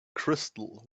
crystal